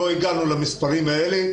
ולא הגענו למספרים האלה.